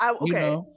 Okay